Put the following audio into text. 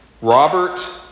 Robert